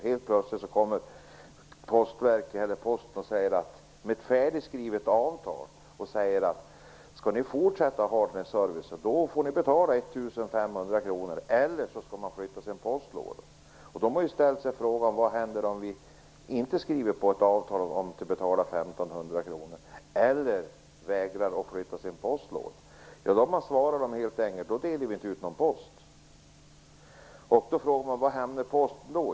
Helt plötsligt kommer man nu från Posten med ett färdigskrivet avtal och säger att om de skall fortsätta att få denna service får de betala 1 500 kr eller flytta sin postlåda. Dessa människor har då ställt frågan: Vad händer om vi inte skriver under avtalet, inte betalar 1 500 kr och vägrar att flytta postlådan? Från Posten har man då svarat att de i så fall inte kommer att dela ut någon post. Man frågar sig då vad som händer med posten.